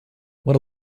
what